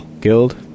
guild